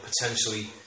potentially